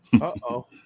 Uh-oh